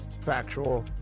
factual